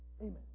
amen